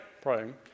praying